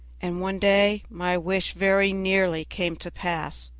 and one day my wish very nearly came to pass.